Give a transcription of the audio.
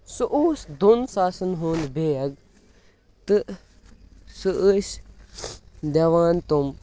سُہ اوس دۄن ساسَن ہُنٛد بیگ تہٕ سُہ ٲسۍ دِوان تِم